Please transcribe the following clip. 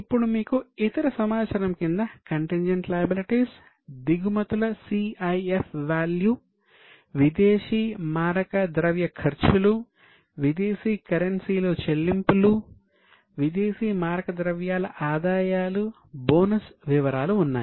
ఇప్పుడు మీకు ఇతర సమాచారం కింద కంటింజంట్ లయబిలిటీస్ బోనస్ వివరాలు ఉన్నాయి